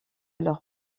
leur